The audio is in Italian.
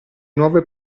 nuove